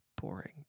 boring